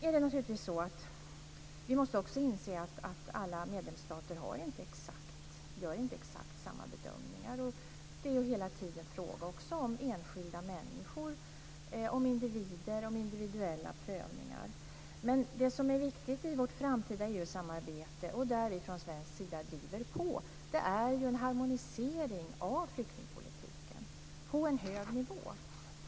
Vi måste naturligtvis också inse att alla medlemsstater inte gör exakt samma bedömningar. Det är hela tiden fråga om enskilda människor, om individer och om individuella prövningar. Men det som är viktigt i vårt framtida EU-samarbete, och där vi från svensk sida driver på, är en harmonisering av flyktingpolitiken på en hög nivå.